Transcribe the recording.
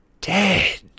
dead